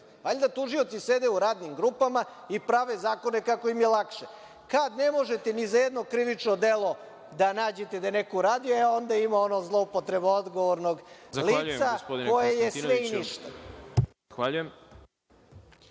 valjda tužioci sede u radnim grupama i prave zakone kako im je lakše. Kada ne možete ni za jedno krivično delo da nađete da je neko uradio, onda imao ono zloupotreba odgovornog lica, koje je sve i ništa.